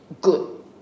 good